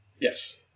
Yes